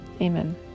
Amen